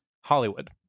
Hollywood